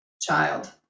child